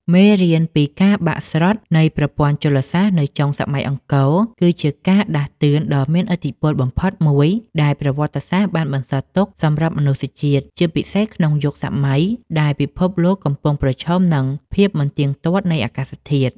មេរៀនពីការបាក់ស្រុតនៃប្រព័ន្ធជលសាស្ត្រនៅចុងសម័យអង្គរ គឺជាការដាស់តឿនដ៏មានឥទ្ធិពលបំផុតមួយដែលប្រវត្តិសាស្ត្របានបន្សល់ទុកសម្រាប់មនុស្សជាតិ ជាពិសេសក្នុងយុគសម័យដែលពិភពលោកកំពុងប្រឈមនឹងភាពមិនទៀងទាត់នៃអាកាសធាតុ។